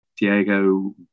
Diego